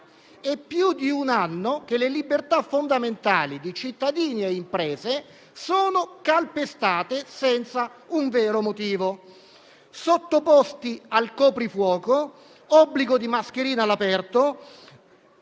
È più di un anno che le libertà fondamentali di cittadini e imprese sono calpestate senza un vero motivo: sottoposti al coprifuoco, con obbligo di mascherina all'aperto